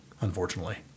unfortunately